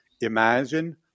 imagine